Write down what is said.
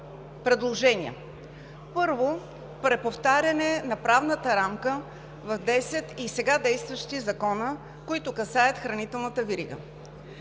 предложения. Първо, преповтаряне на правната рамка в десет и сега действащи закона, които касаят хранителната верига.